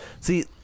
See